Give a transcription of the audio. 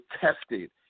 tested